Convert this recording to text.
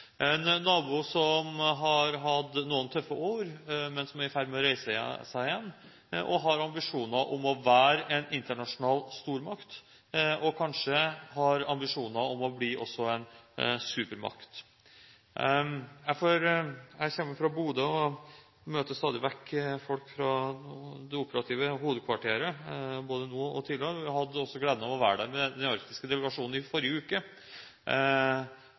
ferd med å reise seg igjen og har ambisjoner om å være en internasjonal stormakt, og kanskje også har ambisjoner om å bli en supermakt. Jeg kommer fra Bodø og møter stadig vekk folk fra det operative hovedkvarteret – både nå og tidligere. Jeg hadde også gleden av å være der med den arktiske delegasjonen i forrige uke,